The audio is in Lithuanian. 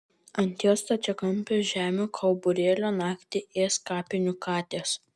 ant jos stačiakampio žemių kauburėlio naktį ės kapinių katės